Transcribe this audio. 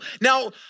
Now